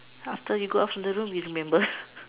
after you go off a little you'll remember